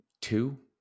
two